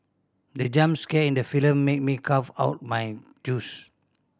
the jump scare in the film made me cough out my juice